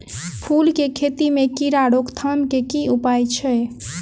फूल केँ खेती मे कीड़ा रोकथाम केँ की उपाय छै?